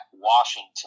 Washington